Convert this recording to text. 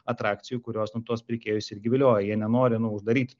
atrakcijų kurios nuo tuos pirkėjus irgi vilioja jie nenori nu uždaryti